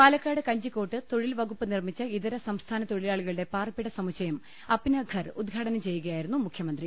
പാലക്കാട് കഞ്ചിക്കോട്ട് തൊഴിൽ വകുപ്പ് നിർമിച്ച ഇതരസംസ്ഥാന തൊഴിലാളികളുടെ പാർപ്പിട സമുച്ചയം അപ്നാഘർ ഉദ്ഘാടനം ചെയ്യുകയായിരുന്നു മുഖ്യമന്ത്രി